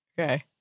Okay